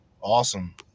Awesome